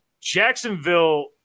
Jacksonville